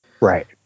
Right